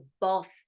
boss